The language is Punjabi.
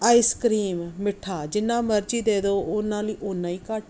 ਆਈਸਕ੍ਰੀਮ ਮਿੱਠਾ ਜਿੰਨਾ ਮਰਜ਼ੀ ਦੇ ਦਿਓ ਉਹਨਾਂ ਲਈ ਉਨਾ ਹੀ ਘੱਟ ਆ